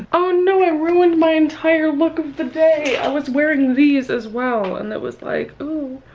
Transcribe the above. oh no, i ruined my entire look of the day. i was wearing these as well and it was like, ooh,